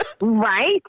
Right